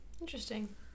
Interesting